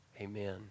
Amen